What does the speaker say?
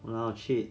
!walao! shit